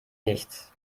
nichts